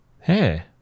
Hey